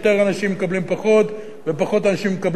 מקבלים פחות ופחות אנשים מקבלים יותר,